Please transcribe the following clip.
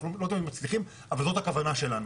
אנחנו לא תמיד מצליחים אבל זאת הכוונה שלנו.